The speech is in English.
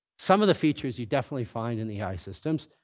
some of the features you definitely find in ai systems,